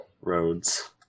Roads